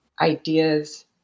ideas